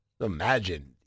Imagine